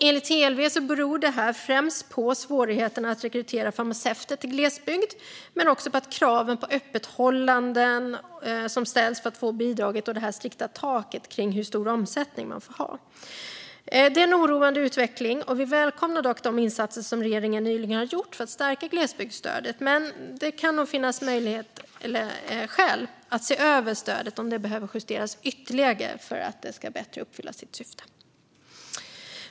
Enligt TLV beror detta främst på svårigheten att rekrytera farmaceuter till glesbygd men också på de krav på öppethållande som ställs för att få bidraget och det strikta taket för hur stor omsättning man får ha. Detta är en oroande utveckling, och vi välkomnar de insatser som regeringen nyligen har gjort för att stärka glesbygdsstödet. Men det kan nog finnas skäl att se över om stödet behöver justeras ytterligare för att bättre fylla sitt syfte.